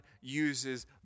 uses